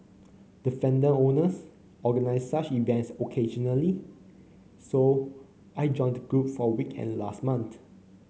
defender owners organise such events occasionally so I joined the group for a weekend last month